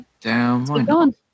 Down